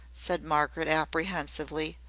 said margaret, apprehensively.